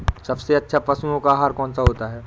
सबसे अच्छा पशुओं का आहार कौन सा होता है?